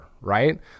right